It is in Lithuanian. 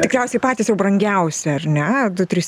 tikriausiai patys jau brangiausi ar ne du trys